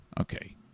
Okay